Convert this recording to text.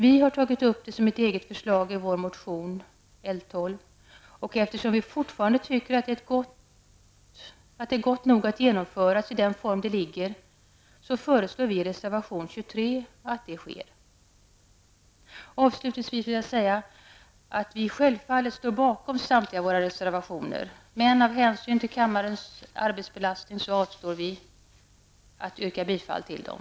Vi har tagit upp det som ett eget förslag i vår motion 1990/91:L12, och eftersom vi fortfarande tycker att det är gott nog att genomföras i den form det föreligger, föreslår vi i reservation 23 att så sker. Avslutningsvis vill jag säga att vi självfallet står bakom samtliga våra reservationer, men av hänsyn till kammarens arbetsbelastning avstår vi från att yrka bifall till dem.